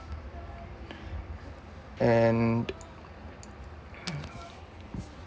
and